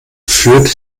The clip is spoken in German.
führt